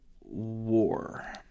War